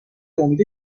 امید